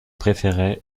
préférée